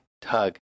tug